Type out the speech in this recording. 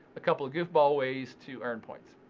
a couple of goofball ways to earn points.